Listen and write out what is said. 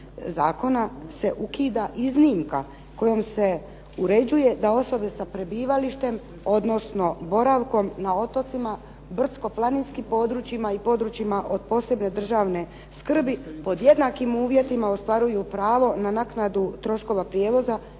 zakona se ukida iznimka kojim se uređuje da osobe sa prebivalištem, odnosno boravkom na otocima, brdsko-planinskim područjima i područjima od posebne državne skrbi pod jednakim uvjetima ostvaruju pravo na naknadu troškova prijevoza